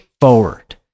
forward